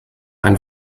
ein